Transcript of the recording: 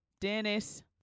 Dennis